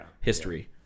history